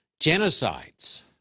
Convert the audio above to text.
genocides